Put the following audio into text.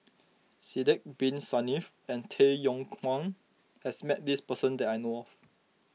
Sidek Bin Saniff and Tay Yong Kwang has met this person that I know of